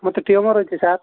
ମୋତେ ଟ୍ୟୁମର୍ ହୋଇଛି ସାର୍